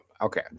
okay